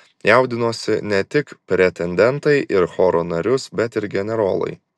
jaudinosi ne tik pretendentai į choro narius bet ir generolai